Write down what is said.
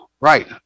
right